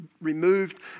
removed